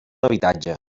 habitatge